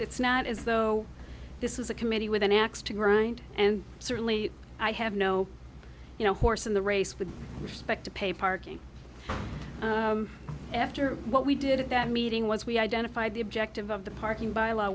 it's not as though this is a committee with an axe to grind and certainly i have no you know horse in the race with respect to pay parking after what we did at that meeting was we identified the objective of the parking by law